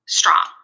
strong